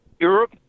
Europe